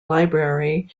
library